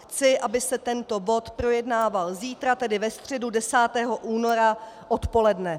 Chci, aby se tento bod projednával zítra, tedy ve středu, 10. února odpoledne.